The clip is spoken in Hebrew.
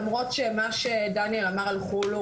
למרות שמה שדניאל אמר על חו"ל,